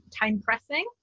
time-pressing